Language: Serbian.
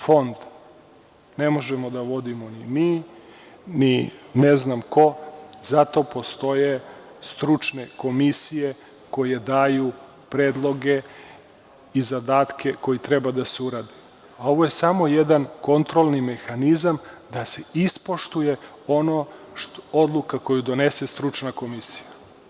Fond ne možemo da vodimo mi ni ne znam ko, zato postoje stručne komisije koje daju predloge i zadatke koji treba da se urade, a ovo je samo jedan kontrolni mehanizam da se ispoštuje ona odluka koju donese stručna komisija.